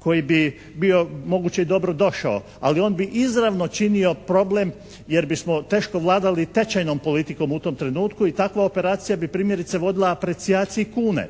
koji bi bio moguće i dobrodošao, ali on bi izravno činio problem jer bismo teško vladali tečajnom politikom u tom trenutku i takva operacija bi primjerice vodila precijaciji kune.